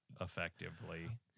effectively